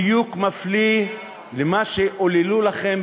איך אתה לא